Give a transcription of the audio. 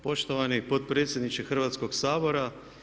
Poštovani potpredsjedniče Hrvatskoga sabora.